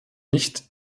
nicht